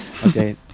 Okay